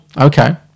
okay